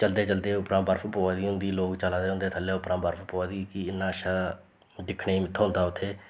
चलदे चलदे उप्परा बर्फ पोऐ दी होंदी लोग चला दे होंदे थ'ल्लै उप्परा बर्फ पौऐ दी होंदी कि इ'न्ना अच्छा दिक्खने गी थ्होंदा उत्थें